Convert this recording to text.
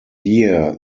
year